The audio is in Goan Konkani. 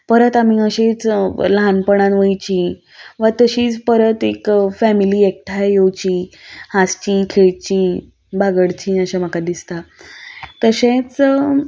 परत आमी अशीच ल्हानपणान वयचीं वा तशींच परत एक फॅमिली एकठांय येवचीं हांसची खेळची बागडची अशें म्हाका दिसता तशेंच